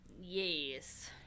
Yes